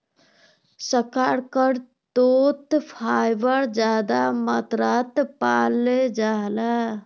शकार्कंदोत फाइबर ज्यादा मात्रात पाल जाहा